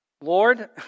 Lord